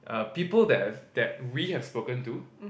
uh people that have that we have spoken to